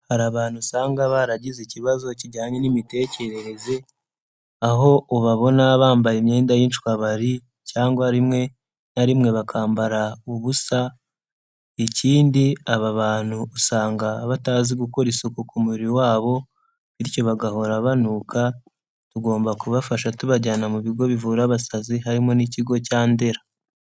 Hari abantu usanga baragize ikibazo kijyanye n'imitekerereze, aho ubabona bambaye imyenda y'inshwabari cyangwa rimwe na rimwe bakambara ubusa, ikindi aba bantu usanga batazi gukora isuku ku mubiri wabo, bityo bagahora banuka, tugomba kubafasha tubajyana mu bigo bivura abasazi harimo n'Ikigo cya Ndera.